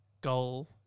goal